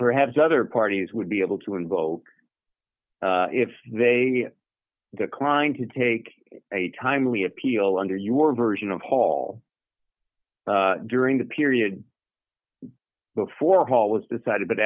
perhaps other parties would be able to invoke if they declined to take a timely appeal under your version of hall during the period before hall was decided but